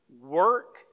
work